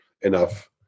enough